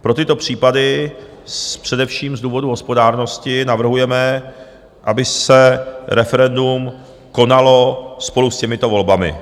Pro tyto případy především z důvodu hospodárnosti navrhujeme, aby se referendum konalo spolu s těmito volbami.